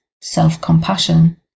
self-compassion